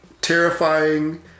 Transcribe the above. terrifying